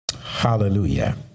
Hallelujah